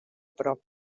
prop